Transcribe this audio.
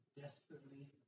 desperately